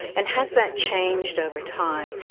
and has that changed over time?